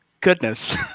goodness